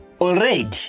Already